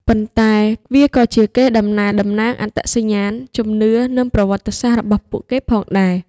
ប៉ុន្តែវាក៏ជាកេរដំណែលតំណាងអត្តសញ្ញាណ ជំនឿ និងប្រវត្តិសាស្ត្ររបស់ពួកគេផងដែរ។